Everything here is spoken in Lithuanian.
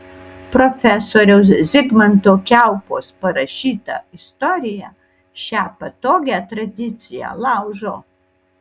profesoriaus zigmanto kiaupos parašyta istorija šią patogią tradiciją laužo